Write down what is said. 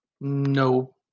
No